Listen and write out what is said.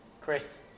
Chris